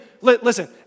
listen